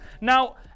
Now